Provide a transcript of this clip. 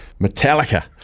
Metallica